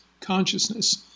consciousness